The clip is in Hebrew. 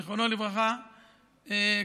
זיכרונו לברכה,